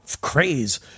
craze